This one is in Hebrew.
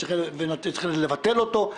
יתכן וצריך לבטל אותו,